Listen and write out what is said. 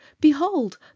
behold